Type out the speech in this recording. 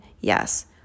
Yes